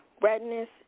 redness